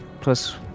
plus